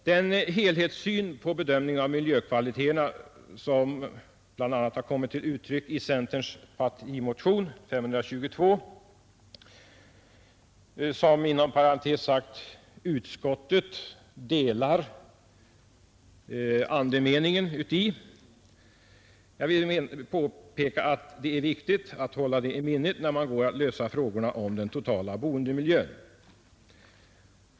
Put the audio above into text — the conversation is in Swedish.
Den helhetssyn vi här har på bedömningen av miljökvaliteter har bl.a. kommit till uttryck i centerns partimotion, nr 522, som inom parentes sagt utskottet delar andemeningen uti. Det är viktigt att hålla de synpunkterna i minnet när man går att lösa frågor om den totala boendemiljön.